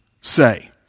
say